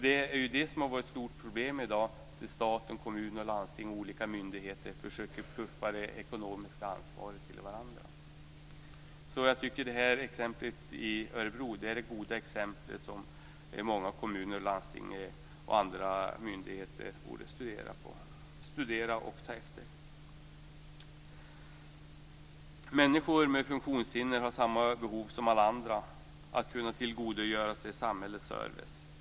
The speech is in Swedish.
Det är i dag ett stort problem att staten, kommuner, landsting och olika myndigheter försöker skjuta över det ekonomiska ansvaret till varandra. Jag tycker därför att exemplet i Örebro är det goda exempel som många kommuner och landsting och andra myndigheter borde studera och ta efter. Människor med funktionshinder har samma behov som alla andra att kunna tillgodogöra sig samhällets service.